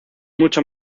mucho